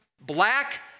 black